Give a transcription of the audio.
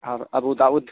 اور ابو داؤد